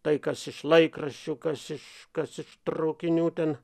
tai kas iš laikraščių kas iš kas iš traukinių ten